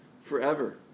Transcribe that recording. forever